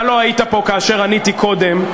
אתה לא היית פה כאשר עניתי קודם.